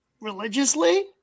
religiously